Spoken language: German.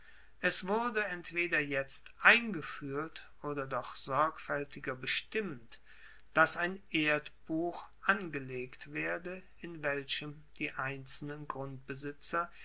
es wurde entweder jetzt eingefuehrt oder doch sorgfaeltiger bestimmt dass ein erdbuch angelegt werde in welchem die einzelnen grundbesitzer